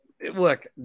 Look